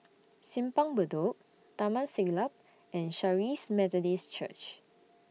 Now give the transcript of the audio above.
Simpang Bedok Taman Siglap and Charis Methodist Church